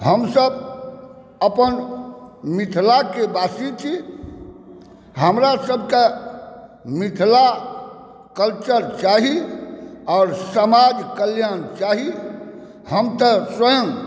हमसभ अपन मिथिलाके वासी छी हमरासभकेँ मिथिला कल्चर चाही आओर समाज कल्याण चाही हम तऽ स्वयं